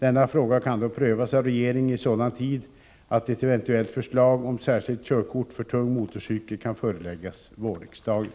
Denna fråga kan då prövas av regeringen i sådan tid att ett eventuellt förslag om särskilt körkort för tung motorcykel kan föreläggas vårriksdagen.